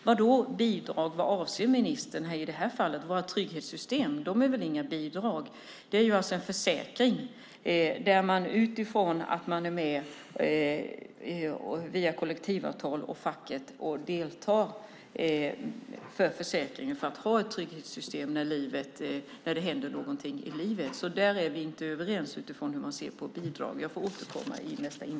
Vad avser ministern med bidrag i det här fallet? Våra trygghetssystem är inga bidrag. Det är en försäkring där man deltar via kollektivavtal och facket för att ha en trygghet när det händer något i livet. Vi är inte överens om hur man ser på bidrag.